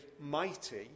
mighty